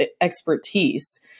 expertise